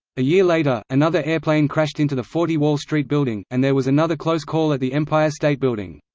a year later, another airplane crashed into the forty wall street building, and there was another close call at the empire state building.